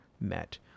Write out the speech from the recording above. met